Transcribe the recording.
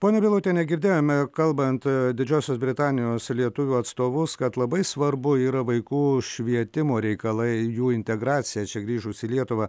ponia bilotiene girdėjome kalbant didžiosios britanijos lietuvių atstovus kad labai svarbu yra vaikų švietimo reikalai jų integracija čia grįžus į lietuvą